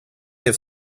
have